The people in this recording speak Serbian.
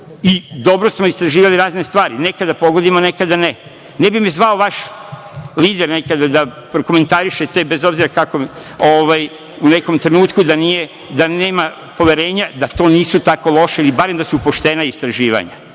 i dobro smo istraživali razne stvari, nekada pogodimo nekada ne. Ne bi me zvao vaš lider nekada da prokomentariše te, u nekom trenutku, da nema poverenja, da to nisu tako loša ili barem da su poštena istraživanja.